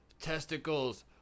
testicles